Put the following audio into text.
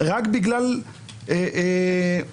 רק בגלל המעורבות